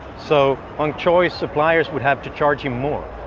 so ng choy's suppliers would have to charge him more.